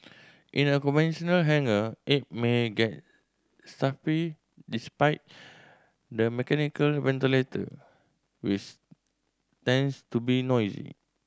in a conventional hangar it may get stuffy despite the mechanical ventilator tends to be noisy